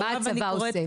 מה הצבא עושה?